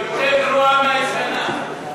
היא יותר גרועה מהישנה.